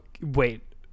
Wait